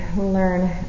learn